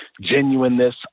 genuineness